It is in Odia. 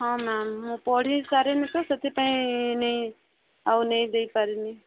ହଁ ମ୍ୟାମ୍ ମୁଁ ପଢ଼ି ସାରିନି ତ ସେଥିପାଇଁ ନେଇ ଆଉ ନେଇ ଦେଇ ପାରିନି